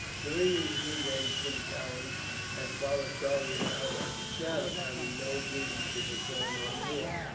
during these few days, tim kelly had followed charlie about like a shadow. having no duties to perform on board,